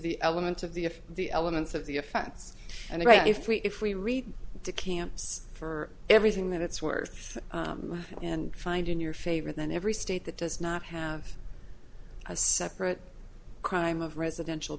the elements of the if the elements of the offense and right if we if we read the camps for everything that it's worth and find in your favor then every state that does not have a separate crime of residential